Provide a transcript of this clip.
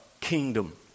kingdom